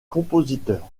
compositeur